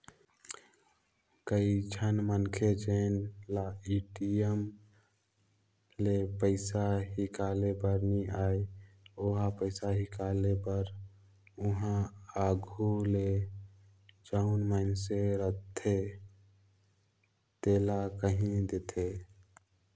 कइझन मनखे जेन ल ए.टी.एम ले पइसा हिंकाले बर नी आय ओ ह पइसा हिंकाले बर उहां आघु ले जउन मइनसे रहथे तेला कहि देथे